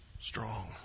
strong